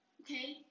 Okay